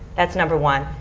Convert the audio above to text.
that's number one.